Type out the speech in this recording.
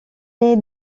est